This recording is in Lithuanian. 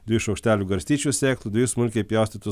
dviejų šaukštelių garstyčių sėklų dviejų smulkiai pjaustytų